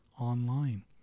online